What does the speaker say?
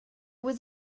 was